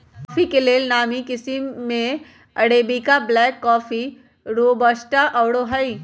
coffee के लेल नामी किशिम में अरेबिका, ब्लैक कॉफ़ी, रोबस्टा आउरो हइ